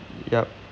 yup